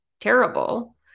terrible